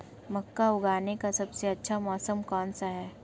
मक्का उगाने का सबसे अच्छा मौसम कौनसा है?